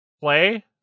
Play